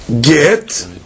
get